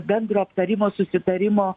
bendro aptarimo susitarimo